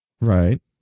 Right